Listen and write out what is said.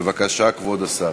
בבקשה, כבוד השר.